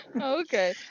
Okay